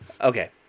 okay